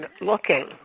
looking